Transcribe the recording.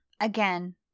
again